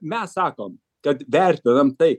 mes sakom kad vertinam tai